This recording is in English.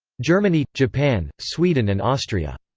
germany, japan, sweden and austria.